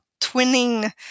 twinning